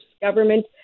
government